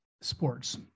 sports